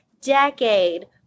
decade